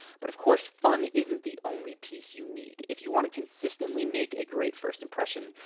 but of course fun isn't the only piece you need. if you want to consistently make a great first impression,